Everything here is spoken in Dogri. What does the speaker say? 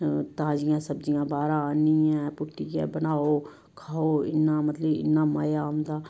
ताजियां सब्जियां बाह्रा आह्नियै पुटियै बनाओ खाओ इन्ना मतलब कि इ'न्ना मजा औंदा